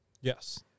Yes